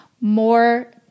more